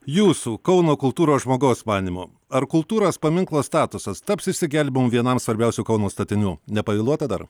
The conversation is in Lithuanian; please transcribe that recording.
jūsų kauno kultūros žmogaus manymu ar kultūros paminklo statusas taps išsigelbėjimu vienam svarbiausių kauno statinių nepavėluota dar